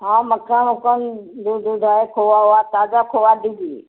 हाँ मखखन ओक्खन दूध उध है खोवा ओवा ताजा खोवा दीजिए